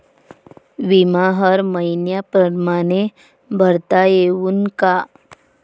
बिमा हर मइन्या परमाने भरता येऊन का?